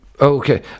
Okay